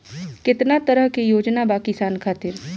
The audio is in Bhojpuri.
केतना तरह के योजना बा किसान खातिर?